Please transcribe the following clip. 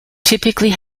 typically